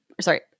Sorry